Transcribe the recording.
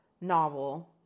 novel